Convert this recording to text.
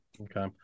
Okay